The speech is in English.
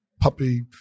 puppy